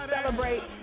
celebrate